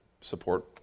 support